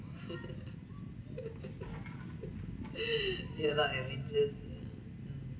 ya lah your interest ya mm